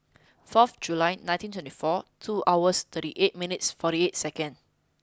fourth July nineteen twenty four two hours thirty eight minutes forty eight second